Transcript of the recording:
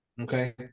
Okay